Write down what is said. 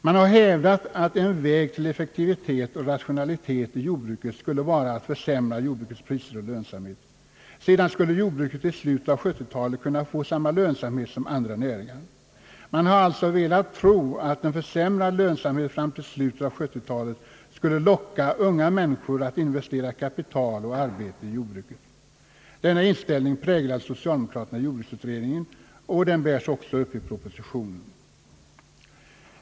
Man har hävdat att en väg till effektivitet och rationalisering i jordbruket skulle vara att försämra jordbrukets priser och lönsamhet. Sedan skulle jordbruket i slutet av 1970-talet kunna få samma lönsamhet som andra näringar. Man har alltså velat tro att en försämrad lönsamhet fram till slutet av 1970-talet skulle locka unga människor att investera kapital och arbete i jordbruket. Denna inställning präglade socialdemokraterna i jordbruksutredningen, och den bär också upp propositionen.